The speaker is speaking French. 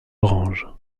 orange